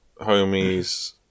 homies